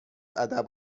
ادب